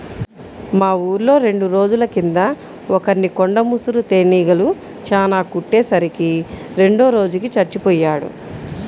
మా ఊర్లో రెండు రోజుల కింద ఒకర్ని కొండ ముసురు తేనీగలు చానా కుట్టే సరికి రెండో రోజుకి చచ్చిపొయ్యాడు